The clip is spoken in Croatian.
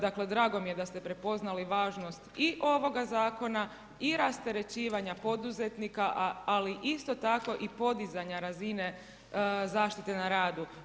Dakle, drago mi je da ste prepoznali važnost i ovoga Zakona i rasterećivanja poduzetnika, ali isto tako i podizanja razine zaštite na radu.